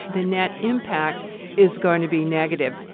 the net impact is going to be negative